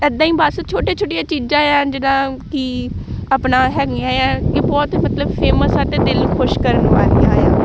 ਇੱਦਾਂ ਹੀ ਬਸ ਛੋਟੇ ਛੋਟੀਆਂ ਚੀਜ਼ਾਂ ਆ ਜਿੱਦਾਂ ਕਿ ਆਪਣਾ ਹੈਗੀਆਂ ਆ ਇਹ ਬਹੁਤ ਮਤਲਬ ਫੇਮਸ ਆ ਅਤੇ ਦਿਲ ਨੂੰ ਖੁਸ਼ ਕਰਨ ਵਾਲੀਆਂ ਆ